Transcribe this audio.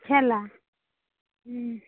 খেলা হুম